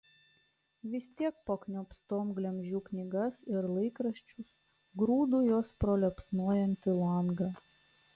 vis tiek pakniopstom glemžiu knygas ir laikraščius grūdu juos pro liepsnojantį langą